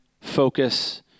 focus